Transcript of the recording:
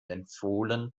empfohlen